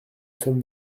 sommes